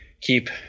Keep